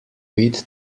witt